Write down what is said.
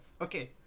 okay